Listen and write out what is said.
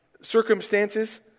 Circumstances